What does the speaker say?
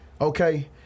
Okay